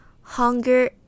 hunger